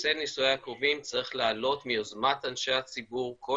נושא נישואי הקרובים צריך לעלות מיוזמת אנשי הציבור כל